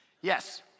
Yes